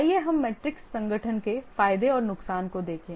आइए हम मैट्रिक्स संगठन के फायदे और नुकसान को देखें